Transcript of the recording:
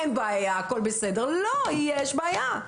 אין בעיה והכל בסדר.." לא! כי יש בעיה.